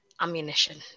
ammunition